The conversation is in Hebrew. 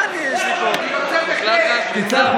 אני מאמין למאי גולן, תצא החוצה.